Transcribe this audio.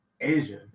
Asia